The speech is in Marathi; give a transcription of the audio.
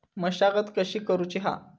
मशागत कशी करूची हा?